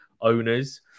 owners